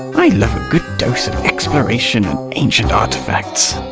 i love a good dose of exploration and ancient artifacts!